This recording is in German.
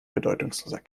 bedeutungsloser